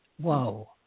whoa